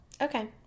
Okay